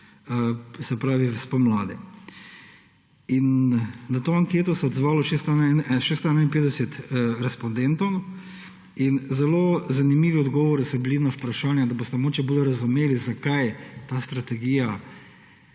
se pravi v spomladi. Na to anketo se je odzvalo 651 respondentov in zelo zanimivo odgovori so bili na vprašanja, da boste mogoče bolj razumeli, zakaj ta strategija